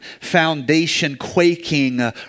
foundation-quaking